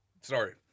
Sorry